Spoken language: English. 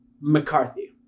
McCarthy